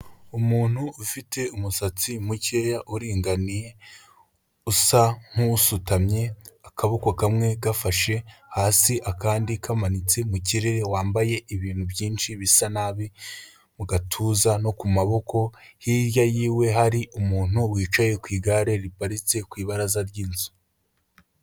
Umuntu ufite umusatsi mukeya uringaniye, usa nkusutamye, akaboko kamwe gafashe hasi akandi kamanitse mu kirere, wambaye ibintu byinshi bisa nabi mu gatuza no ku maboko, hirya y'iwe hari umuntu wicaye ku igare riparitse ku ibaraza ry'inzu.